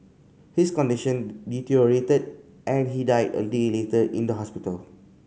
his condition deteriorated and he died a day later in the hospital